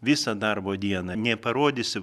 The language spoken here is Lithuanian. visą darbo dieną neparodysi